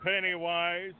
Pennywise